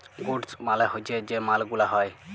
goods মালে হচ্যে যে মাল গুলা হ্যয়